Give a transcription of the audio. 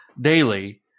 daily